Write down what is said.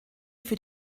für